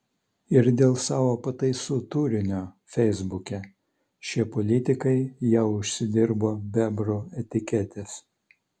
ir dėl savo pataisų turinio feisbuke šie politikai jau užsidirbo bebrų etiketes